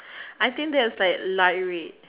I think that's like light red